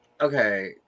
Okay